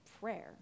prayer